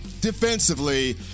defensively